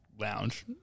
lounge